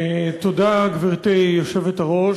תודה, גברתי היושבת-ראש.